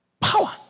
Power